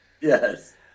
Yes